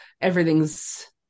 Everything's